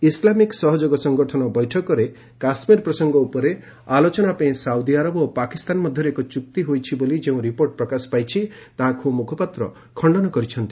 Islamic ସହଯୋଗ ସଂଗଠନ ବୈଠକରେ କାଶ୍ମୀର ପ୍ରସଙ୍ଗ ଉପରେ ଆଲୋଚନା ପାଇଁ ସାଉଦି ଆରବ ଓ ପାକିସ୍ତାନ ମଧ୍ୟରେ ଏକ ଚୁକ୍ତି ହୋଇଛି ବୋଲି ଯେଉଁ ରିପୋର୍ଟ ପ୍ରକାଶ ପାଇଛି ତାହାକୁ ମୁଖପାତ୍ର ଖଶ୍ଚନ କରିଛନ୍ତି